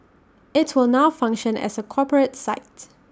IT will now function as A corporate sites